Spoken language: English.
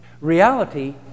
Reality